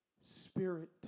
spirit